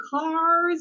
cars